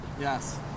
Yes